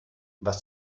was